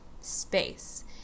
space